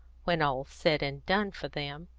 when all's said and done for them.